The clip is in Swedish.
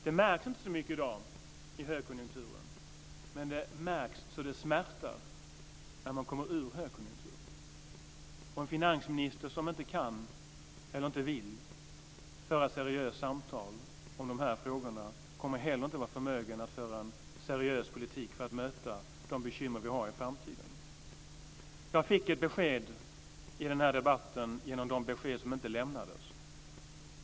Det märks inte så mycket i dagens högkonjunktur, men det märks så att det smärtar när man kommer ut ur högkonjunkturen. En finansminister som inte kan eller inte vill föra ett seriöst samtal om de här frågorna kommer inte heller att vara förmögen att föra en seriös politik för att möta de bekymmer som vi får i framtiden. Jag har i den här debatten fått ett besked genom besked som inte har lämnats.